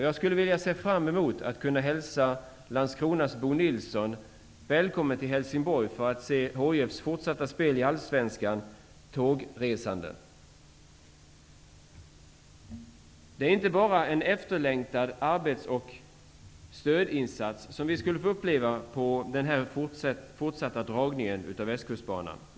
Jag ser fram emot att kunna hälsa Landskronas Bo Nilsson välkommen till Det är inte bara som en efterlängtad arbetsmarknadseller stödinsats vi skulle få uppleva den fortsatta dragningen av Västkustbanan.